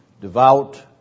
devout